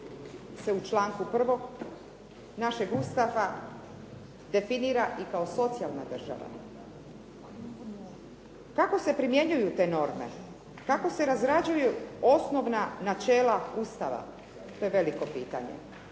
u članku 1. našeg Ustava definira i kao socijalna država. Kako se primjenjuju te norme? Kako se razrađuju osnovna načela Ustava? To je veliko pitanje.